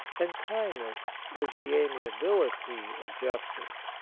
and kindness is the amiability of justice.